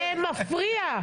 זה מפריע.